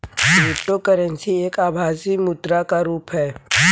cryptocurrency एक आभासी मुद्रा का रुप है